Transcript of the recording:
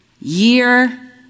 year